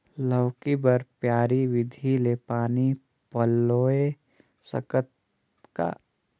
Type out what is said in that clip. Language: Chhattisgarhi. लौकी बर क्यारी विधि ले पानी पलोय सकत का?